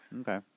Okay